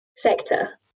sector